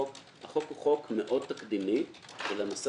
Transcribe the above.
החוק הוא חוק מאוד תקדימי והוא למעשה